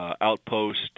outpost